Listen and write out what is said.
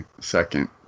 second